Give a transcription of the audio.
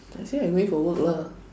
I say I going away for work lah